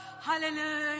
Hallelujah